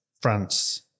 France